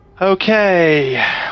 okay